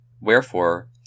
Wherefore